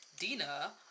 Dina